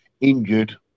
injured